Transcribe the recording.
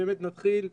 באמת נתחיל,